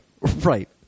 Right